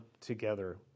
together